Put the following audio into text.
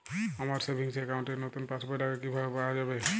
আমার savings account র নতুন পাসবই লাগবে, কিভাবে পাওয়া যাবে?